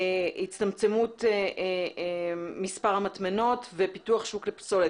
הצטמצמות מספר המטמנות ופיתוח שוק לפסולת.